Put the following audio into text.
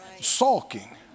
sulking